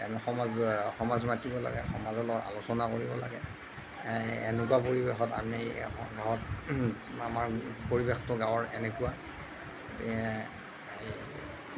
আমি সমাজুৱা সমাজ মাতিব লাগে সমাজৰ লগত আলোচনা কৰিব লাগে এনেকুৱা পৰিৱেশত আমি গাঁৱত আমাৰ পৰিৱেশটো গাঁৱৰ এনেকুৱা